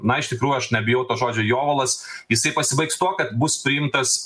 na iš tikrųjų aš nebijau to žodžio jovalas jisai pasibaigs tuo kad bus priimtas